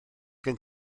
gen